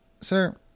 Sir